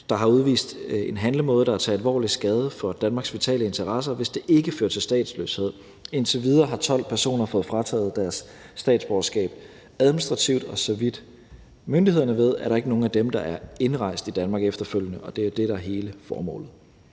der har udvist en handlemåde, der er til alvorlig skade for Danmarks vitale interesser, hvis det ikke fører til statsløshed. Indtil videre har 12 personer fået frataget deres statsborgerskab administrativt, og så vidt myndighederne ved, er der ikke nogen af dem, der er indrejst i Danmark efterfølgende, og det er det, der er hele formålet.